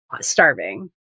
starving